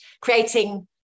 Creating